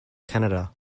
canada